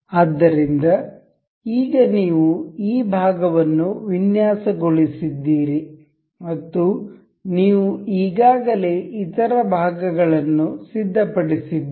ಆದ್ದರಿಂದ ಈಗ ನೀವು ಈ ಭಾಗವನ್ನು ವಿನ್ಯಾಸಗೊಳಿಸಿದ್ದೀರಿ ಮತ್ತು ನೀವು ಈಗಾಗಲೇ ಇತರ ಭಾಗಗಳನ್ನು ಸಿದ್ಧಪಡಿಸಿದ್ದೀರಿ